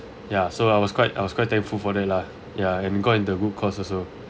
ya so I was quite I was quite thankful for that lah ya and got into a good course also